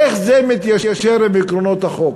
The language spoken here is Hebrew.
איך זה מתיישר עם עקרונות החוק,